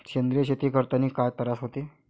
सेंद्रिय शेती करतांनी काय तरास होते?